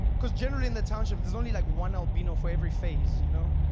because generally in the township there's only like one albino for every phase, you know.